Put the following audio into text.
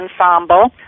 ensemble